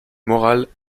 morale